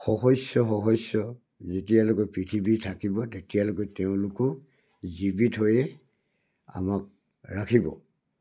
সহস্ৰ সহস্ৰ যেতিয়ালৈকে পৃথিৱী থাকিব তেতিয়ালৈকে তেওঁলোকো জীৱিত হৈয়ে আমাক ৰাখিব